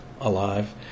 alive